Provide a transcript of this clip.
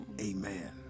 Amen